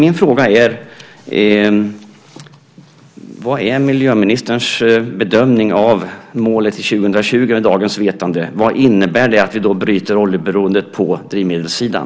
Min fråga är: Vad är miljöministerns bedömning av målet 2020 med dagens vetande? Vad innebär det att vi då bryter oljeberoendet på drivmedelssidan?